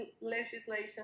legislation